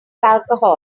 alcohol